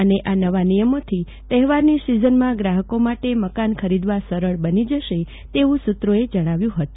અને આ નવા નિયમોથી તહેવારની સીઝનમાં ગ્રાહકો માટે મકાન ખરીદવા સરળ બની જશે એવું સૂત્રોએ જણાવ્યું હતું